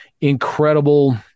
incredible